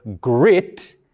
grit